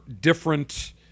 different